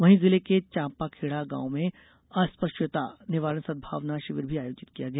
वहीं जिले के चांपाखेडा गांव में अस्पृशयता निवारण सद्भावना शिविर भी आयोजित किया गया